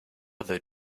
other